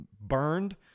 burned